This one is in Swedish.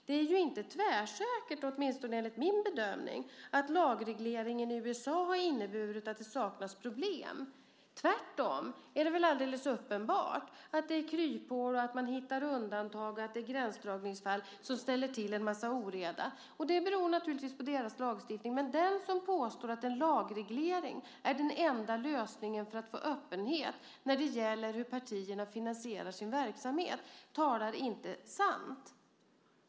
Det är inte tvärsäkert, åtminstone enligt min bedömning, att lagregleringen i USA har inneburit att det saknas problem. Tvärtom är det väl alldeles uppenbart att det finns kryphål, att man hittar undantag och att det finns gränsdragningsfall som ställer till en massa oreda. Det beror naturligtvis på USA:s lagstiftning. Den som påstår att en lagreglering är den enda lösningen för att få öppenhet när det gäller hur partierna finansierar sin verksamhet talar inte sant.